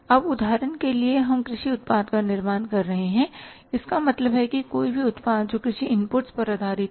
अब उदाहरण के लिए हम कृषि उत्पाद का निर्माण कर रहे हैं इसका मतलब है कि कोई भी उत्पाद जो कृषि इनपुट्सपर आधारित है